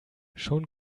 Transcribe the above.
schon